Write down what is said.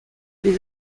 les